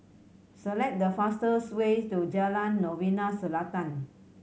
select the fastest way to Jalan Novena Selatan